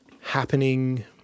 happening